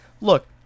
look